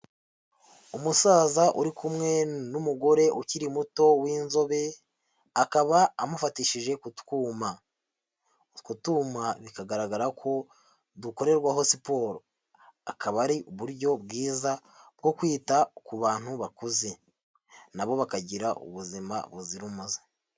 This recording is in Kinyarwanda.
Umusaza uri kumwe n'umugore ukiri muto w'inzobe akaba amufatishije ku twuma, utwo twuma bikagaragara ko dukorerwaho siporo, akaba ari uburyo bwiza bwo kwita ku bantu bakuze nabo bakagira ubuzima buzira umuze.